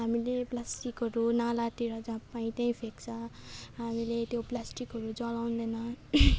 हामीले प्लास्टिकहरू नालातिर जहाँ पाए त्यहीँ फ्याँक्छ हामीले त्यो प्लास्टिकहरू जलाउँदैन